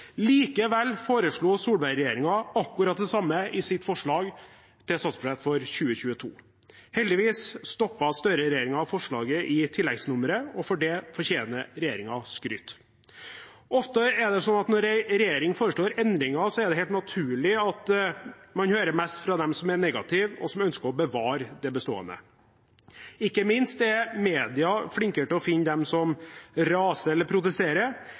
Likevel foreslo Solberg-regjeringen akkurat det samme i sitt forslag til statsbudsjett for 2022. Heldigvis stoppet Støre-regjeringen forslaget i tilleggsnummeret, og for det fortjener regjeringen skryt. Ofte er det sånn at når en regjering foreslår endringer, er det helt naturlig at man hører mest fra dem som er negative, og som ønsker å bevare det bestående. Ikke minst er mediene flinkere til å finne dem som raser eller protesterer.